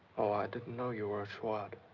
didn't know you were a swot.